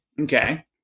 Okay